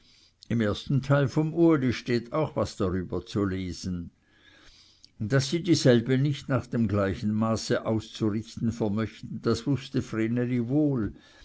im ersten teile vom uli steht auch was darüber zu lesen daß sie dieselbe nicht nach dem gleichen maße auszurichten vermöchten das wußte vreneli wohl